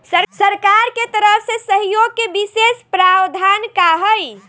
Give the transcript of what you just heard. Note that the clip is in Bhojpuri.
सरकार के तरफ से सहयोग के विशेष प्रावधान का हई?